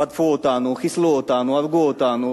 רדפו אותנו, חיסלו אותנו, הרגו אותנו,